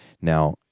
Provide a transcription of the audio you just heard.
now